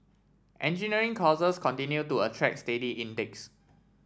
engineering courses continue to attract steady intakes